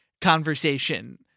conversation